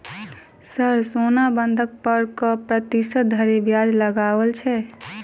Sir सोना बंधक पर कऽ प्रतिशत धरि ब्याज लगाओल छैय?